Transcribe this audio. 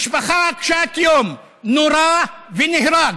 ממשפחה קשת יום, נורה ונהרג.